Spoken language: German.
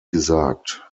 gesagt